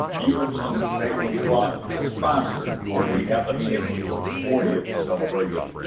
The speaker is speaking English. efroymson family fun and a sponsor for the atheneum's fortieth celebration.